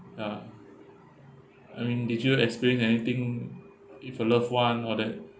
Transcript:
ya I mean did you experience anything with a loved [one] all that